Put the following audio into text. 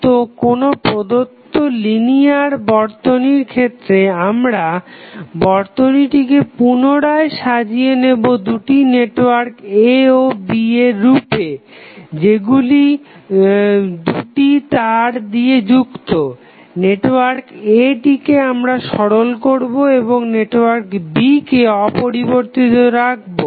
তো কোনো প্রদত্ত লিনিয়ার বর্তনীর ক্ষেত্রে আমরা বর্তনীটিকে পুনরায় সাজিয়ে নেব দুটি নেটওয়ার্ক A ও B এর রূপে যেগুলি দুটি তার দিয়ে যুক্ত নেটওয়ার্ক A টিকে আমরা সরল করবো এবং নেটওয়ার্ক B কে অপরিবর্তিত রাখবো